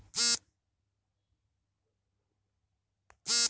ದಾನ ನೀಡುವುದು ಮಾನವೀಯತೆಯ ಧರ್ಮ